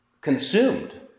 consumed